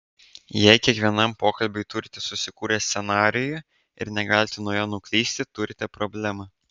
jei kiekvienam pokalbiui turite susikūrę scenarijų ir negalite nuo jo nuklysti turite problemą